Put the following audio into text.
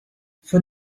von